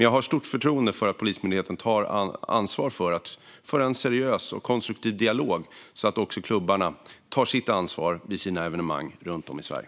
Jag har stort förtroende för att Polismyndigheten tar ansvar för en seriös och konstruktiv dialog så att också klubbarna tar sitt ansvar vid sina evenemang runt om i Sverige.